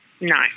No